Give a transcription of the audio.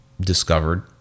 discovered